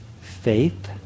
faith